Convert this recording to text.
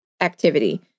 activity